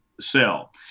sell